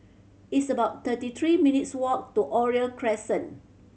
it's about thirty three minutes' walk to Oriole Crescent